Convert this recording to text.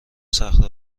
صخره